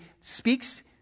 speaks